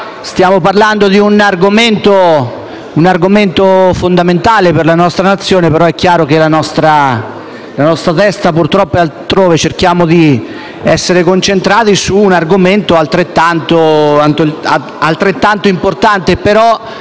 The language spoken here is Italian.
Stiamo parlando di un argomento fondamentale per la nostra Nazione ma è chiaro che la nostra testa purtroppo è altrove. Cerchiamo di essere concentrati su un argomento altrettanto importante, ma